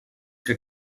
que